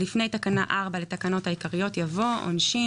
לפני תקנה 4 לתקנות העיקריות יבוא: "עונשין